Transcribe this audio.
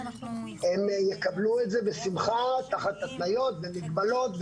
הם יקבלו את זה בשמחה תחת התניות ומגבלות,